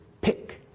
pick